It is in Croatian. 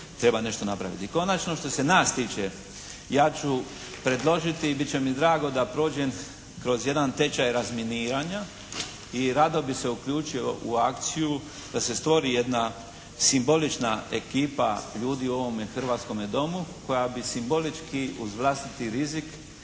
treba nešto napraviti. I konačno što se nas tiče, ja ću predložiti i bit će mi drago da prođem kroz jedan tečaj razminiranja i rado bi se uključio u akciju da se stvori jedna simbolična ekipa ljudi u ovome hrvatskome Domu koja bi simbolički uz vlastiti rizik,